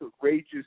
courageous